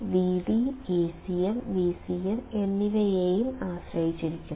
Vd Acm Vcm എന്നിവയെയും ആശ്രയിച്ചിരിക്കും